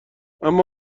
اما